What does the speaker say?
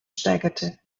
steigerte